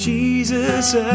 Jesus